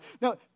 No